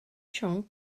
siôn